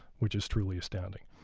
which is truly astounding.